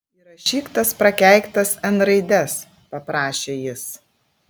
įrašyk tas prakeiktas n raides paprašė jis